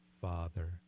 Father